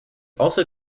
also